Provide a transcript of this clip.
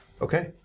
Okay